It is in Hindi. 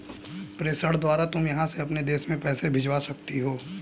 प्रेषण द्वारा तुम यहाँ से अपने देश में पैसे भिजवा सकती हो